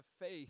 faith